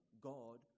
God